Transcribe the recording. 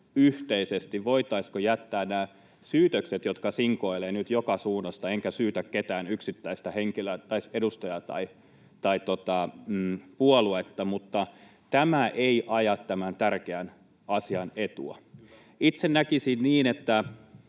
yhteisesti, että voitaisiin jättää nämä syytökset, jotka sinkoilevat nyt joka suunnasta — enkä syytä ketään yksittäistä edustajaa tai puoluetta, mutta tämä ei aja tämän tärkeän asian etua. [Oikealta: Kyllä!] Itse näkisin niin, että